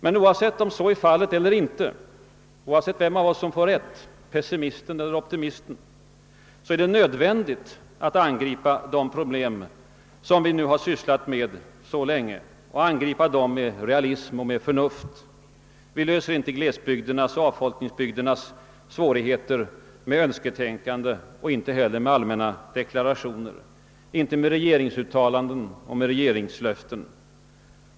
Men oavsett om så blir fallet eller inte, oavsett vem av oss som får rätt — pessimisten eller optimisten — är det nödvändigt att angripa de problem som vi nu har sysslat med så länge och att angripa dem med realism och med förnuft. Vi löser inte glesbygdernas och avfolkningsbygdernas svårigheter med önsketänkande och inte heller med allmänna deklarationer, inte med regeringsuttalanden och med regeringslöften.